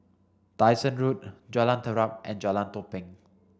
Dyson Road Jalan Terap and Jalan Tepong